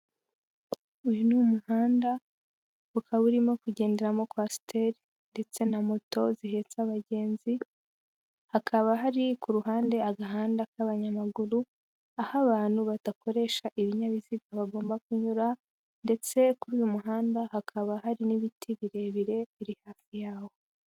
Uyu ni umuhanda ukaba urimo kugenderamo kwasiteri ndetse na moto zihetse abagenzi, hakaba hari ku ruhande agahanda k'abanyamaguru aho abantu badakoresha ibinyabiziga bagomba kunyura ndetse kuri uyu muhanda hakaba hari n'ibiti birebire biri hafi yawo.